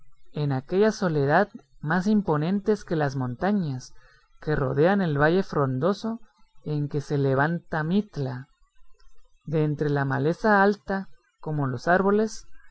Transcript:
en aquella soledad más imponentes que las montañas que rodean el valle frondoso en que se levanta mitla de entre la maleza alta como los árboles